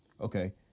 Okay